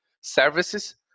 services